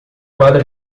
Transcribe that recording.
quadra